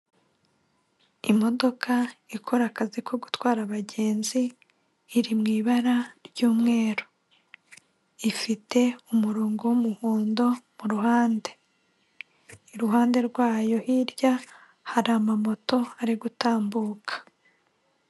Imodoka ikora akazi ko gutwara abagenzi iri mw'i ibara ry'umweru. ifite umurongo w'umuhondo mu ruhande, iruhande rwayo hirya hari ama moto ari gutambuka.